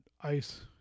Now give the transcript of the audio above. ice